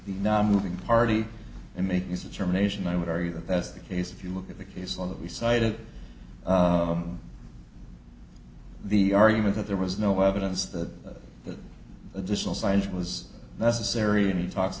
the now moving party and make these determinations i would argue that that's the case if you look at the case law that we cited the argument that there was no evidence that that additional science was necessary and he talks